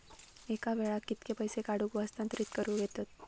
एका वेळाक कित्के पैसे काढूक व हस्तांतरित करूक येतत?